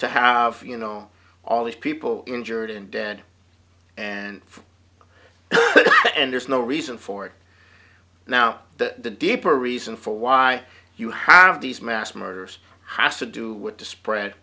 to have you know all these people injured and dead and there's no reason for it now the deeper reason for why you have these mass murders has to do with the spread